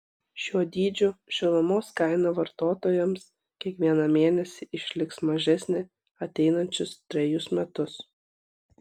šiuo dydžiu šilumos kaina vartotojams kiekvieną mėnesį išliks mažesnė ateinančius trejus metus